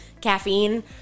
caffeine